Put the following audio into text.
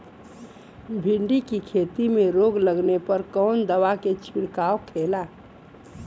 भिंडी की खेती में रोग लगने पर कौन दवा के छिड़काव खेला?